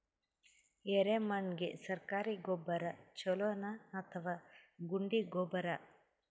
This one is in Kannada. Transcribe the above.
ಎರೆಮಣ್ ಗೆ ಸರ್ಕಾರಿ ಗೊಬ್ಬರ ಛೂಲೊ ನಾ ಅಥವಾ ಗುಂಡಿ ಗೊಬ್ಬರ?